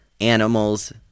animals